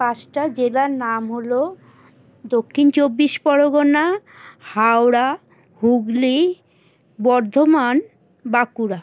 পাঁচটা জেলার নাম হল দক্ষিণ চব্বিশ পরগনা হাওড়া হুগলি বর্ধমান বাঁকুড়া